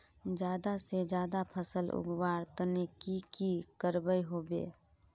ज्यादा से ज्यादा फसल उगवार तने की की करबय होबे?